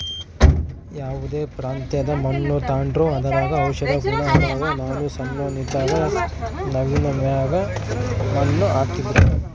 ಯಾವ್ದೇ ಪ್ರಾಂತ್ಯದ ಮಣ್ಣು ತಾಂಡ್ರೂ ಅದರಾಗ ಔಷದ ಗುಣ ಅದಾವ, ನಾನು ಸಣ್ಣೋನ್ ಇದ್ದಾಗ ನವ್ವಿನ ಮ್ಯಾಗ ಮಣ್ಣು ಹಾಕ್ತಿದ್ರು